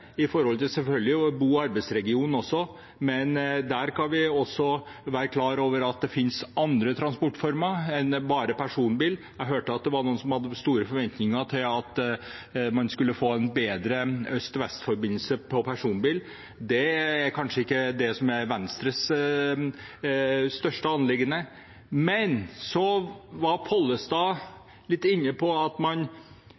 selvfølgelig også for bo- og arbeidsregionen, men der skal vi også være klar over at det finnes andre transportformer enn bare personbil. Jeg hørte at noen hadde store forventninger til at man skulle få en bedre øst–vest-forbindelse for personbil. Det er kanskje ikke Venstres største anliggende. Representanten Pollestad var